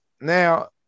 now